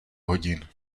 hodin